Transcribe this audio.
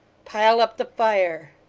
pile up the fire!